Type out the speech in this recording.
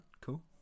Cool